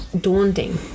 daunting